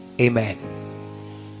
Amen